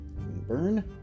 Burn